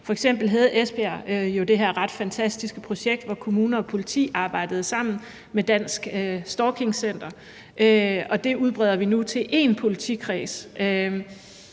F.eks. havde Esbjerg jo det her ret fantastiske projekt, hvor kommuner og politi arbejdede sammen med Dansk Stalking Center, og det udbreder vi nu til én politikreds.